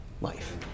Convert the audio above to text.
life